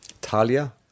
Talia